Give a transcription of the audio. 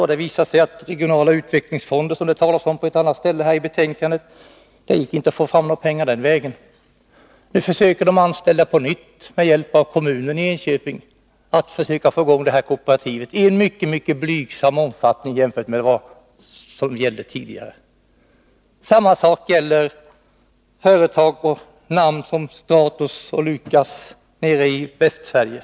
Men det har visat sig att det inte heller gick att få fram några pengar via den regionala utvecklingsfonden — det talas ju om utvecklingsfonderna i betänkandet. Nu försöker de anställda att med hjälp av kommunen i Enköping få i gång det här kooperativet. Det kan nämnas att det gäller en verksamhet av mycket blygsam omfattning i jämförelse med den som bedrevs tidigare. Samma sak gäller för företag och namn som Stratos och Lucas i Västsverige.